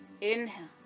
inhale